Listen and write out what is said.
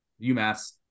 UMass